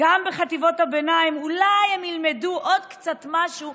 גם בחטיבות הביניים אולי הם ילמדו עוד קצת משהו,